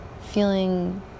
feeling